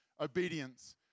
obedience